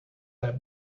that